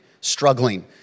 Struggling